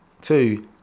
Two